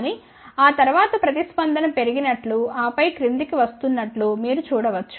కానీ ఆ తర్వాత ప్రతిస్పందన పెరిగినట్లు ఆపై క్రింది కి వస్తున్నట్లు మీరు చూడ వచ్చు